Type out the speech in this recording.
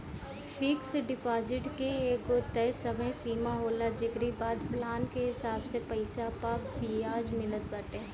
fix deposit के एगो तय समय सीमा होला जेकरी बाद प्लान के हिसाब से पईसा पअ बियाज मिलत बाटे